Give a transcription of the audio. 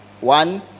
one